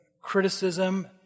criticism